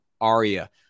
Aria